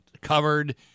covered